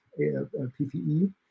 PPE